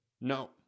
No